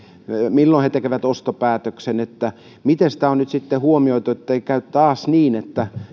milloin he tekevät ostopäätöksen miten sitä on nyt sitten huomioitu ettei käy taas niin että